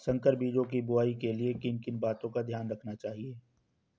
संकर बीजों की बुआई के लिए किन किन बातों का ध्यान रखना चाहिए?